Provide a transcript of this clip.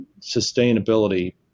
sustainability